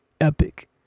epic